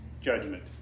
judgment